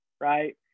Right